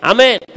Amen